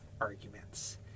arguments